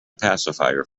pacifier